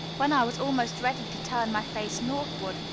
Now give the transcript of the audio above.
when i was almost ready to turn my face northward,